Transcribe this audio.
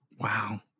Wow